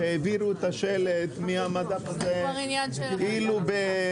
שאלה מצוינת.